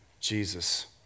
Jesus